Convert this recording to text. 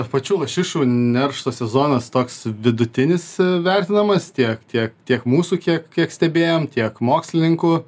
pačių lašišų neršto sezonas toks vidutinis vertinamas tiek tiek tiek mūsų kiek kiek stebėjom tiek mokslininkų